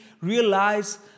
realize